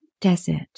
desert